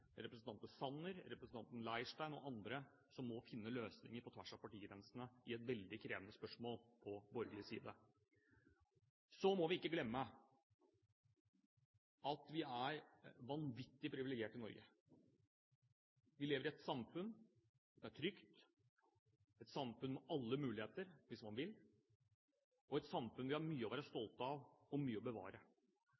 representanten Sanner, representanten Leirstein og andre som må finne løsninger på tvers av partigrensene, i et veldig krevende spørsmål på borgerlig side. Vi må ikke glemme at vi er vanvittig privilegerte i Norge. Vi lever i et samfunn som er trygt, et samfunn med alle muligheter hvis man vil, et samfunn hvor vi har mye å være